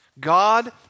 God